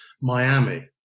Miami